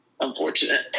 unfortunate